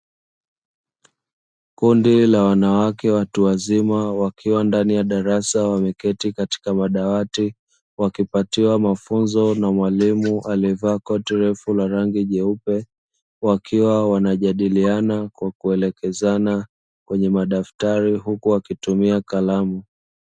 Kundi la wanawake watu wazima wakiwa ndani ya darasa wameketi katika madawati, wakipatiwa mafunzo na mwalimu alivaa koti refu la rangi nyeupe, wakiwa wanajadiliana kwa kuelekezana kwenye madaftari huku wakitumia kalamu.